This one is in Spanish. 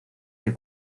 que